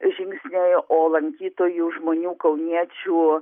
žingsniai o lankytojų žmonių kauniečių